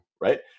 right